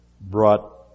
brought